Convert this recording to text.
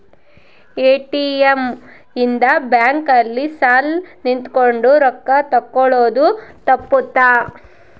ATM ಇಂದ bank ಅಲ್ಲಿ ಸಾಲ್ ನಿಂತ್ಕೊಂಡ್ ರೊಕ್ಕ ತೆಕ್ಕೊಳೊದು ತಪ್ಪುತ್ತ